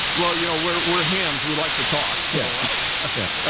well you know we're hams we'd like to talk so yeah,